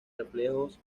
reflejos